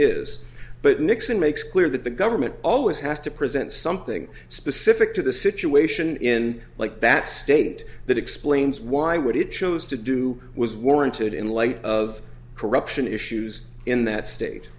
is but nixon makes clear that the government always has to present something specific to the situation in like that state that explains why would it chose to do was warranted in light of corruption issues in that state